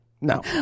no